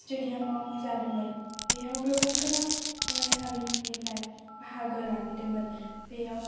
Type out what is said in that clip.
स्टुडियामआव जादोंमोन बेयाव गोबां गोबां फरायसालिनिफ्राय बाहागो लाफैदोंमोन बेयाव